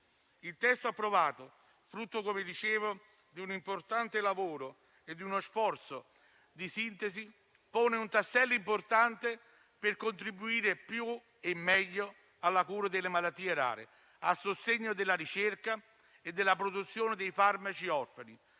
Il testo approvato, frutto di un importante lavoro e di uno sforzo di sintesi, pone un tassello importante per contribuire più e meglio alla cura delle malattie rare e a sostegno della ricerca e della produzione dei farmaci orfani,